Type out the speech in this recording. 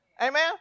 amen